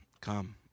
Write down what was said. Come